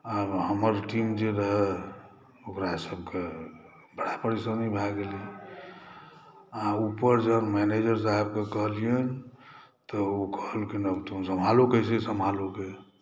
आब हमर टीम जे रहै ओकरसभके बड़ा परेशानी भऽ गेलै आ ऊपर जहन मैनेजर साहबके कहलिअनि तऽ ओ कहलखिन अब तुम सम्भालो कैसे सम्भालोगे